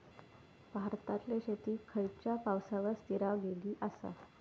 भारतातले शेती खयच्या पावसावर स्थिरावलेली आसा?